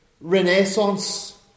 renaissance